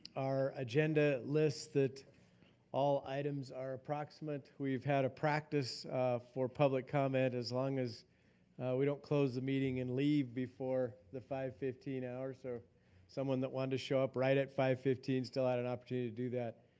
our agenda list, that all items are approximate, we've had practiced for public comment as long as we don't close the meeting and leave before the five fifteen hour, so someone that want to show up right at five fifteen still had an opportunity to do that.